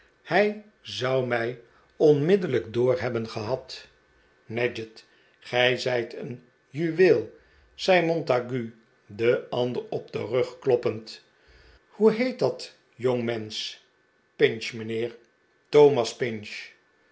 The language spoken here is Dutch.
hij zou mij onmiddellijk door hebben gehad nadgett gij zijt een juweel zei montague den ander op den rug kloppend hoe heet dat jongmensch pinch mijnheer thomas pinch